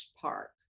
Park